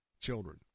children